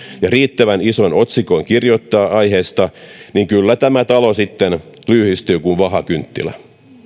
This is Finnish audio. ja riittävän isoin otsikoin kirjoittaa aiheesta niin kyllä tämä talo sitten lyyhistyy kuin vahakynttilä